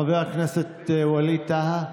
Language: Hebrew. חבר הכנסת ווליד טאהא.